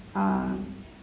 ah